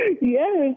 Yes